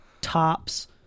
tops